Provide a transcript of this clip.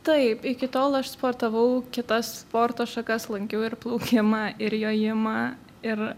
taip iki tol aš sportavau kitas sporto šakas lankiau ir plaukimą ir jojimą ir